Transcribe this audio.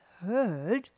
heard